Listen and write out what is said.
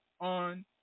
On